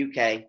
UK